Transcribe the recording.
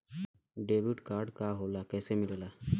Debit card का होला कैसे मिलेला?